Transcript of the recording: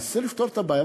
ננסה לפתור את הבעיה,